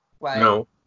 No